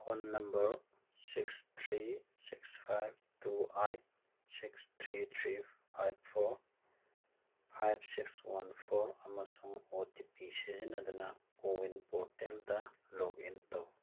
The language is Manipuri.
phone number six three six five two eight six three three five four five six one four ꯑꯃꯁꯨꯡ ꯑꯣ ꯇꯤ ꯄꯤ ꯁꯤꯖꯤꯟꯅꯗꯨꯅ ꯀꯣꯋꯤꯟ ꯄꯣꯔꯇꯦꯜꯗ ꯂꯣꯒ ꯏꯟ ꯇꯧ